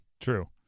True